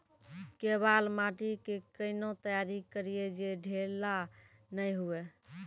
केवाल माटी के कैना तैयारी करिए जे ढेला नैय हुए?